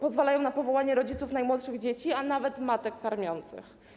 Pozwalają na powołanie rodziców najmłodszych dzieci, a nawet matek karmiących.